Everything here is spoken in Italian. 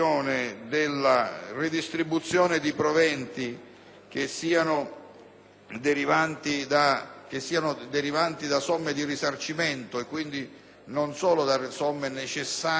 proventi derivanti da somme di risarcimento (quindi non solo da somme necessarie all'attività materiale di bonifica, ma relative